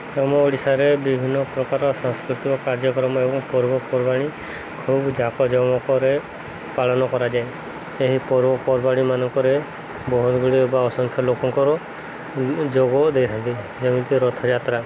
ଆମ ଓଡ଼ିଶାରେ ବିଭିନ୍ନ ପ୍ରକାର ସାଂସ୍କୃତିକ କାର୍ଯ୍ୟକ୍ରମ ଏବଂ ପର୍ବପର୍ବାଣି ଖୁବ ଜାକଜମକରେ ପାଳନ କରାଯାଏ ଏହି ପର୍ବପର୍ବାଣି ମାନଙ୍କରେ ବହୁତ ଗୁଡ଼ିଏ ବା ଅସଂଖ୍ୟ ଲୋକଙ୍କର ଯୋଗ ଦେଇଥାନ୍ତି ଯେମିତି ରଥଯାତ୍ରା